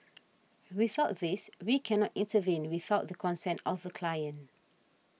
without this we cannot intervene without the consent of the client